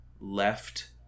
left